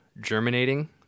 germinating